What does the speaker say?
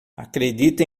acredite